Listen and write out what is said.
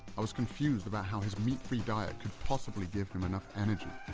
i was confused about how his meat-free diet could possibly give him enough energy.